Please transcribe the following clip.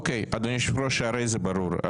אדוני היושב ראש, הרי זה ברור.